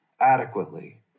adequately